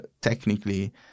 technically